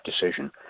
decision